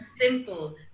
simple